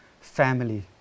family